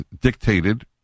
dictated